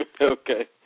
okay